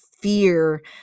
fear